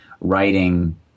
writing